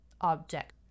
object